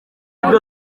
ibyo